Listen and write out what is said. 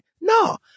No